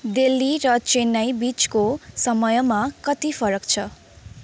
दिल्ली र चेन्नईबिचको समयमा कति फरक छ